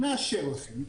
נאשר לכם,